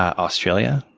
um australia